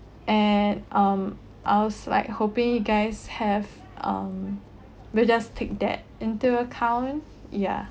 and um I was like hoping you guys have um we'll just take that into account ya